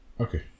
Okay